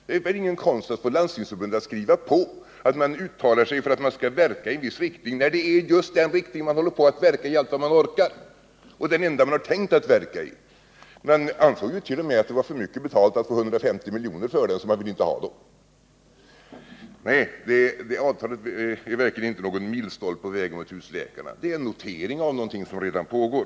Det är väl ingen konst att få Landstingsförbundet att skriva på att man uttalar sig för att man skall verka i en viss riktning, när det är just den riktningen man håller på att verka i allt vad man orkar —- och den enda man har tänkt att verka i. Man ansåg ju t.o.m. att 150 milj.kr. som betalning för detta var för mycket, så man vill inte ha dessa pengar. Nej, det här avtalet är verkligen inte någon milstolpe på vägen mot husläkarsystem. Det är en notering av någonting som redan pågår.